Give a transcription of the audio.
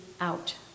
out